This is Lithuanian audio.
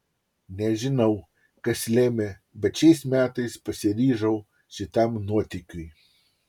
nežinau kas lėmė bet šiais metais pasiryžau šitam nuotykiui